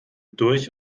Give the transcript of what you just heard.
durch